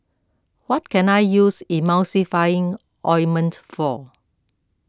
what can I use Emulsying Ointment for